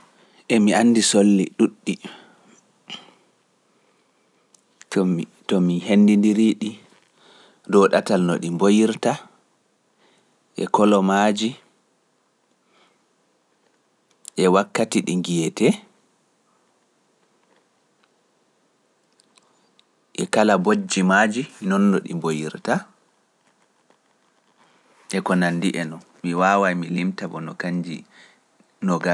Emi anndi solli ɗuuɗɗi to mi henndindirii ɗi ɗow ɗatal no ɗi mboyirta, e none maaji, e wakkati ɗi ngiyetee, e kala bojji maaji, noon no ɗi mboyirta, e ko nanndi en non, mi waawai mi limta bo no kanji temedde dudde.